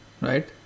right